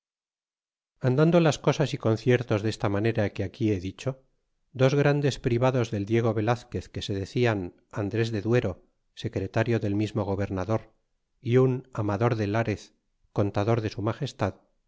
andando las cosas y conciertos de esta manera que aquí he dicho dos grandes privados del diego velazquez que se decian andres de duero secretario del mismo gobernador y un amador de larez contador de su magestad